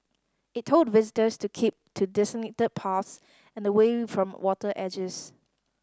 it told visitors to keep to designated paths and away from water edges